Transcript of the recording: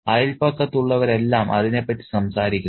അയൽപക്കത്തുള്ളവരെല്ലാം അതിനെ പറ്റി സംസാരിക്കുന്നു